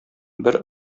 бер